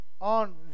on